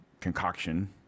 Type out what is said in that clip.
concoction